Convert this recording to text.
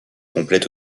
complète